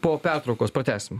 po pertraukos pratęsim